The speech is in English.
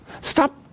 Stop